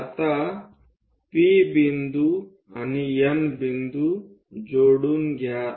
आता P बिंदू आणि N बिंदू जोडून घ्या